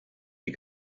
die